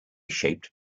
shaped